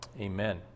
amen